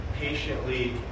patiently